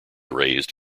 raised